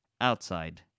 outside